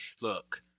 look